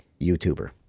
YouTuber